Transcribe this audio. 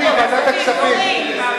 כספים.